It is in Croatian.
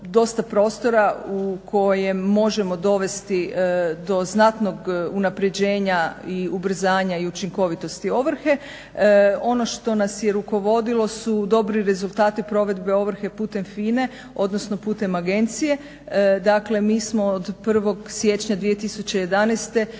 dosta prostora u kojem možemo dovesti do znatnog unaprjeđenja i ubrzanja i učinkovitosti ovrhe. Ono što nas je rukovodilo su dobri rezultati provedbe ovrhe putem FINA-e, odnosno putem agencije. Dakle mi smo od 1. siječnja 2011.